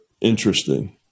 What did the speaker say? interesting